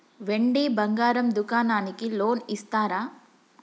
వెండి బంగారం దుకాణానికి లోన్ ఇస్తారా?